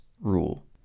rule